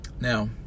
Now